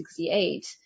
1968